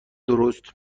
درست